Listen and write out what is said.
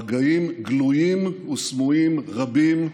מגעים גלויים וסמויים רבים,